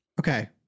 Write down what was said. Okay